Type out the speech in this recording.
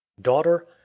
daughter